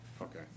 Okay